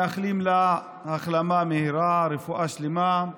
אנחנו מאחלים לה החלמה מהירה ורפואה שלמה.